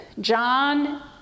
John